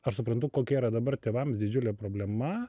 aš suprantu kokia yra dabar tėvams didžiulė problema